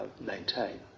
maintain